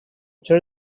چرا